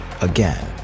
Again